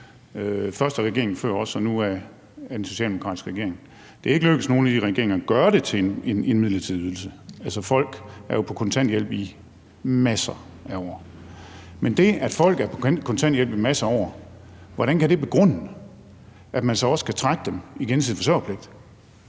først af regeringen før den her og nu af den socialdemokratiske regering. Det er ikke lykkedes nogle af de regeringer at gøre det til en midlertidig ydelse. Altså, folk er jo på kontanthjælp i masser af år. Men hvordan kan det, at folk er på kontanthjælp i masser af år, begrunde, at man så også skal trække dem i gensidig forsørgerpligt?